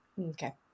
Okay